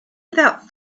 without